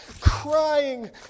crying